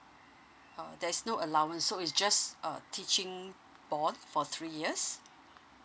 oh there's no allowance so it's just uh teaching bond for three years